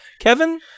Kevin